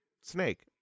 snake